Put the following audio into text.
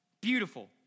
Beautiful